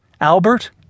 Albert